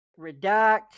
Redact